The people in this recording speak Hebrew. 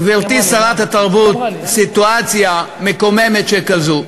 גברתי שרת התרבות, סיטואציה מקוממת שכזו.